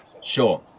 Sure